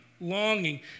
longing